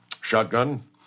Shotgun